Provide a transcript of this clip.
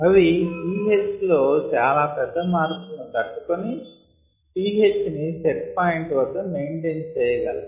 అవి pH లో చాలా పెద్ద మార్పులను తట్టుకొని pH ని సెట్ పాయింట్ వద్ద మెయింటైన్ చేయగలవు